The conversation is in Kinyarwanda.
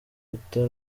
rukuta